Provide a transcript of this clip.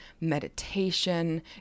meditation